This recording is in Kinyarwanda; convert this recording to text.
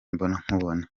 imbonankubone